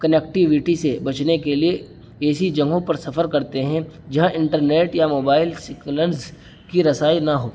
connectivity سے بچنے کے لیے ایسی جگہوں پر سفر کرتے ہیں جہاں انٹر نیٹ یا موبائل سیکولنز کی رسائی نہ ہو